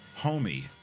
homie